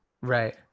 right